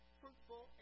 fruitful